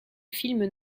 films